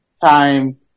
time